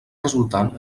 resultant